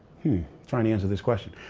trying to answer this question.